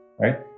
Right